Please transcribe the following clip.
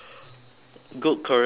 good career progression